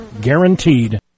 Guaranteed